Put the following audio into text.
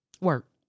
work